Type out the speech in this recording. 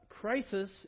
crisis